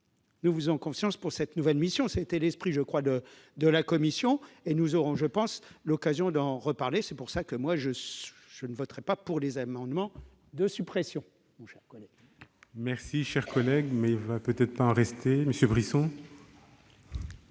nous vous faisons confiance pour cette nouvelle mission. C'est l'esprit qui a animé la commission, et nous aurons, je pense, l'occasion d'en reparler. C'est pourquoi je ne voterai pas les amendements de suppression.